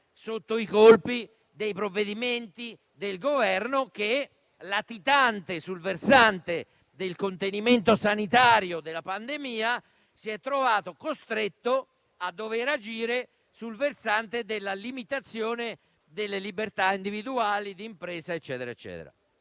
sotto i colpi dei provvedimenti del Governo che, latitante sul versante del contenimento sanitario della pandemia, si è trovato costretto a dover agire sul versante della limitazione delle libertà individuali e di impresa. Questo